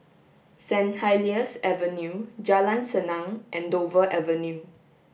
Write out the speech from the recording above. St Helier's Avenue Jalan Senang and Dover Avenue